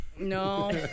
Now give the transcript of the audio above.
No